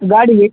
ಗಾಡಿಗೆ